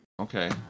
Okay